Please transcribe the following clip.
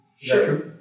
Sure